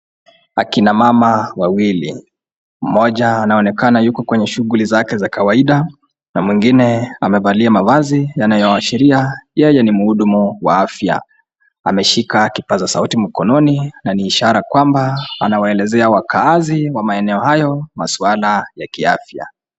Akina mama wawili ,mmoja anaonekana yuko kwenye shughli zake za kawaida na mwingine amevalia mavazi yanayoashiria yeye ni mhudumu wa afya ,ameshika kipasa sauti mkononi na ni ishara kwamba anawaelezea wakaazi wa maeneo hayo maswali ya kiafya.